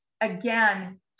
again